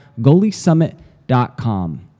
GoalieSummit.com